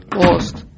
lost